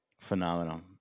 phenomenal